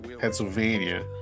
Pennsylvania